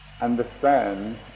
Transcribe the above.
understand